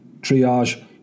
triage